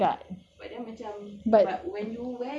ya ringarde I don't want to be ringarde